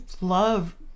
love